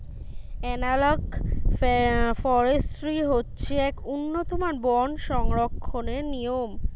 analogue forestry হচ্ছে এক উন্নতম বন সংরক্ষণের নিয়ম